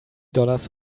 dollars